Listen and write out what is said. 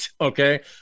Okay